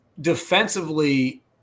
defensively